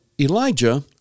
Elijah